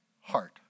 heart